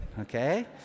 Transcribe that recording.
Okay